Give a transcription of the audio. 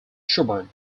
shubert